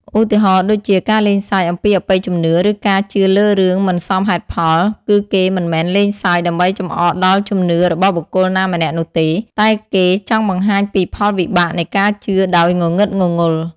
ឧទាហរណ៍ដូចជា ការលេងសើចអំពីអបិយជំនឿ ឬការជឿលើរឿងមិនសមហេតុផល គឺគេមិនមែនលេងសើច ដើម្បីចំអកដល់ជំនឿរបស់បុគ្គលណាម្នាក់នោះទេ តែគេចង់បង្ហាញពីផលវិបាកនៃការជឿដោយងងឹតងងល់។